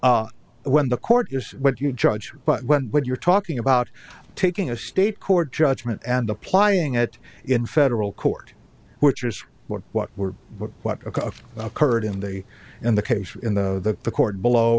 now when the court is what you charge but what you're talking about taking a state court judgment and applying it in federal court which is what what we're what a occurred in the in the case in the the court below